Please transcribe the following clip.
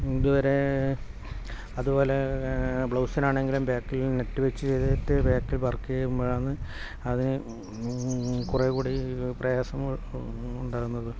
ഇതുവരെ അതുപോലെ ബ്ലൗസിനാണെങ്കിലും ബാക്കിൽ നെറ്റ് വെച്ച് ചെയ്തിട്ട് ബാക്കിൽ വർക്ക് ചെയ്യുമ്പോഴാന്ന് അത് കുറേക്കൂടി പ്രയാസം ഉണ്ടാകുന്നത്